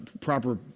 proper